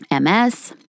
MS